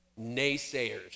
naysayers